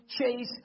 chase